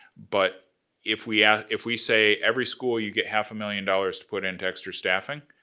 but if we yeah if we say every school you get half a million dollars to put into extra staffing,